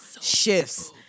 shifts